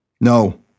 No